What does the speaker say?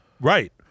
Right